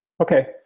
Okay